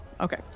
Okay